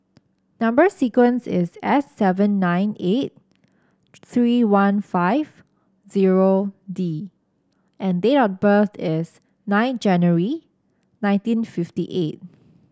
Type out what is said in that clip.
number sequence is S seven nine eight three one five zero D and date of birth is nine January nineteen fifty eight